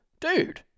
Dude